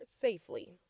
safely